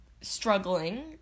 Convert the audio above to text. struggling